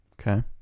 Okay